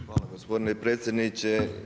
Hvala gospodine predsjedniče.